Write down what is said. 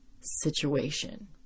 situation